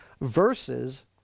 versus